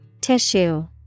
Tissue